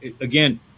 again